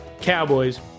cowboys